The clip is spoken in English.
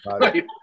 Right